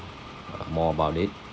uh more about it